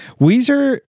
Weezer